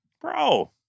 Bro